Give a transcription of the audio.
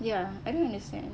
ya I don't understand